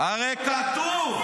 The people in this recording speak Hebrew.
הרי כתוב.